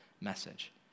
message